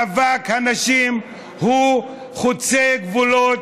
מאבק הנשים הוא חוצה גבולות,